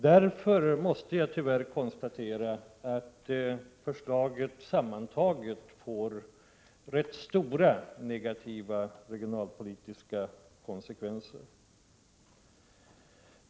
Därför måste jag tyvärr konstatera att förslaget sammantaget får rätt stora negativa regionalpolitiska konsekvenser.